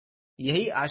यही आश्चर्य है